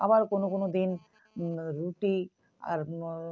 আবার কোনো কোনো দিন রুটি আর